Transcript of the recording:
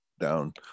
down